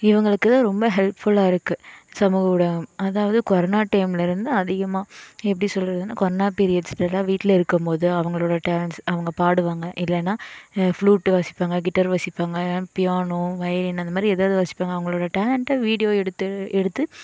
இவங்களுக்கு ரொம்ப ஹெல்ப்ஃபுல்லாக இருக்குது சமூக ஊடகம் அதாவது கொரோனா டைமுலயிருந்து அதிகமாக எப்படி சொல்றதுனால் கொரோனா பீரியட்ஸ்லலாம் வீட்டில இருக்கும்போது அவங்களோட டேலண்ட்ஸ் அவங்க பாடுவாங்க இல்லைனா ஃபுலூட்டு வாசிப்பாங்க கிட்டார் வாசிப்பாங்க பியானோ வயலின் அந்த மாதிரி எதாவது வாசிப்பாங்க அவங்களோட டேலண்ட்டை வீடியோ எடுத்து எடுத்து